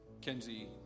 Kenzie